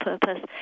purpose